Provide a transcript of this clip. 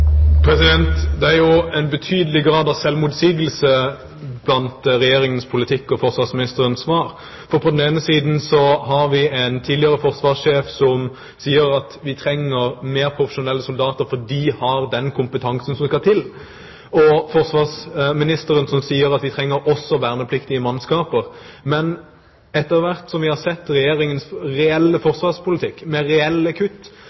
forsvarsministerens svar. På den ene siden har vi en tidligere forsvarssjef som sier at vi trenger mer profesjonelle soldater, for de har den kompetansen som skal til, og på den andre siden forsvarsministeren som sier at vi trenger også vernepliktige mannskaper. Men etter hvert som vi har sett Regjeringens reelle forsvarspolitikk, med reelle kutt,